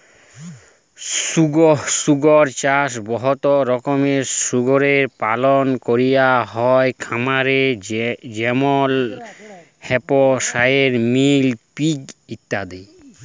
শুকর চাষে বহুত রকমের শুকরের পালল ক্যরা হ্যয় খামারে যেমল হ্যাম্পশায়ার, মিলি পিগ ইত্যাদি